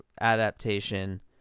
adaptation